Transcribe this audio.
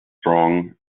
strong